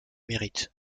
mérite